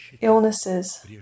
illnesses